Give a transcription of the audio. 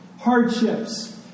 hardships